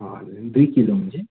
हजुर दुई किलो हुने चाहिँ